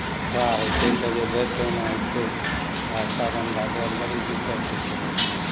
जगह थोड़ा होइ छै कै जगह भरि ठेहुना होइ छै साओन भादोमे बड़ी दिक्कत होइ छै मछरीमे